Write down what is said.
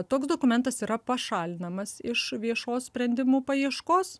toks dokumentas yra pašalinamas iš viešos sprendimų paieškos